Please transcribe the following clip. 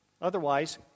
Otherwise